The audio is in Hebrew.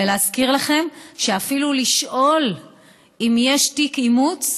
להזכיר לכם שאפילו לשאול אם יש תיק אימוץ,